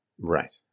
Right